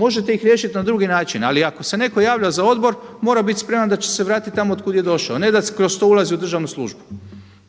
Možete ih riješiti na drugi način, ali ako se neko javlja za odbor mora biti spreman da će se vratiti tamo od kuda je došao, a ne da kroz to ulazi u državnu službu.